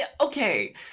okay